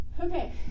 okay